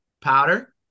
Powder